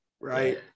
right